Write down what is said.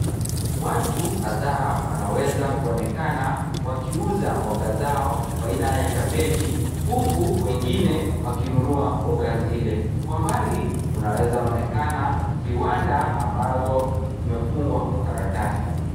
Watu kadhaa wanaweza kuonekana wakiuza mboga zao aina ya kabeji huku wengine wakinunua mboga zile. Kwa mbali vinaweza kuonekana vibanda ambavyo vimefungwa kwa karatasi.